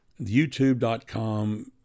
youtube.com